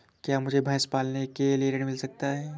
क्या मुझे भैंस पालने के लिए ऋण मिल सकता है?